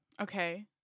Okay